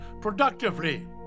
productively